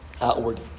outward